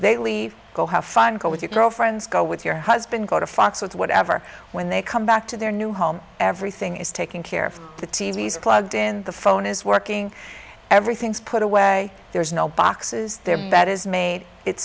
they leave go have fun go with your girlfriends go with your husband go to fox with whatever when they come back to their new home everything is taken care of the t v s are plugged in the phone is working everything's put away there's no boxes there bet is made it